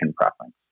preference